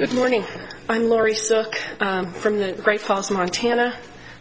good morning i'm lori stark from the great falls montana